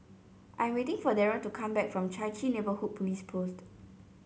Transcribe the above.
I'm waiting for Darren to come back from Chai Chee Neighbourhood Police Post